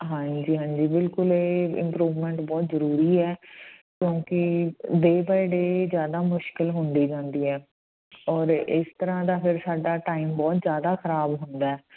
ਹਾਂਜੀ ਹਾਂਜੀ ਬਿਲਕੁਲ ਇਹ ਇਮਪਰੂਵਮੈਂਟ ਬਹੁਤ ਜ਼ਰੂਰੀ ਹੈ ਕਿਉਂਕਿ ਡੇ ਬਾਏ ਡੇ ਜ਼ਿਆਦਾ ਮੁਸ਼ਕਿਲ ਹੁੰਦੀ ਜਾਂਦੀ ਹੈ ਔਰ ਇਸ ਤਰ੍ਹਾਂ ਦਾ ਫਿਰ ਸਾਡਾ ਟਾਈਮ ਬਹੁਤ ਜ਼ਿਆਦਾ ਖ਼ਰਾਬ ਹੁੰਦਾ